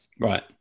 Right